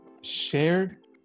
shared